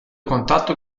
contatto